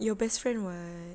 your best friend [what]